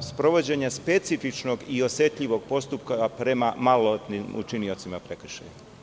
sprovođenja specifičnog i osetljivog postupka prema maloletnim učiniocima prekršaja.